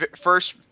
first